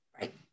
Right